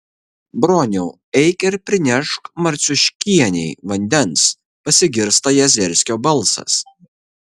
broniau eik ir prinešk marciuškienei vandens pasigirsta jazerskio balsas